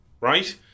right